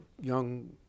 young